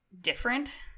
different